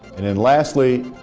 and and lastly,